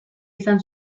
izan